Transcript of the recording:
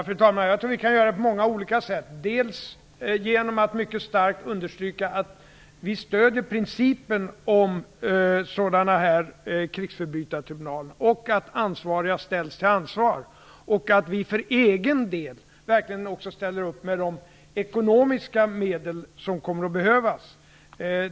Fru talman! Jag tror att vi kan göra det på många olika sätt, dels genom att mycket starkt understryka att vi stödjer principen om krigsförbrytartribunaler och att ansvariga ställs till ansvar, dels genom att vi för egen del verkligen också ställer upp med de ekonomiska medel som kommer att behövas.